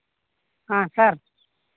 ᱦᱮᱸ ᱥᱟᱨ